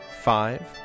Five